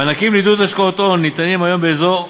מענקים לעידוד השקעות הון ניתנים היום באזור,